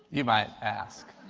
you might ask.